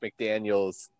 McDaniels